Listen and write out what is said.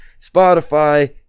Spotify